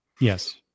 Yes